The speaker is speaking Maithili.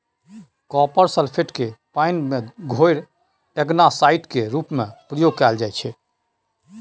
कॉपर सल्फेट केँ पानि मे घोरि एल्गासाइड केर रुप मे प्रयोग कएल जाइत छै